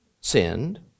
sinned